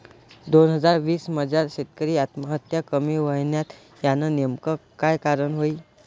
दोन हजार वीस मजार शेतकरी आत्महत्या कमी व्हयन्यात, यानं नेमकं काय कारण व्हयी?